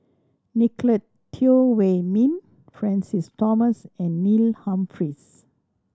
Nicolette Teo Wei Min Francis Thomas and Neil Humphreys